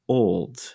old